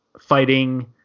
fighting